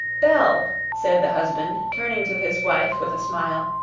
belle, said the husband, turning to his wife with a smile,